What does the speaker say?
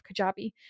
Kajabi